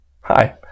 Hi